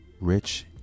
rich